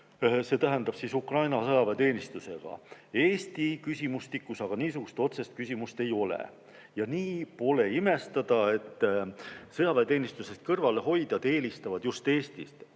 see tähendab Ukraina sõjaväeteenistusega. Eesti küsimustikus aga niisugust otsest küsimust ei ole. Ja nii pole imestada, et sõjaväeteenistusest kõrvalehoidjad eelistavad just Eestit.